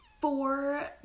four